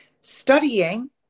studying